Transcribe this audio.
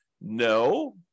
No